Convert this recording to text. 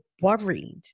worried